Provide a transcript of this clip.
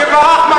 סבא שלך,